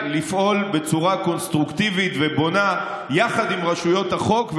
ואולי לפעול בצורה קונסטרוקטיבית ובונה יחד עם רשויות החוק,